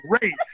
great